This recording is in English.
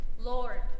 Lord